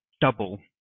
double